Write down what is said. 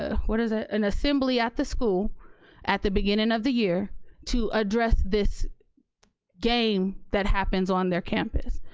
ah what is it? an assembly at the school at the beginning of the year to address this game that happens on their campus?